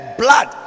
blood